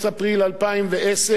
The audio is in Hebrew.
אפריל 2010,